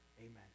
Amen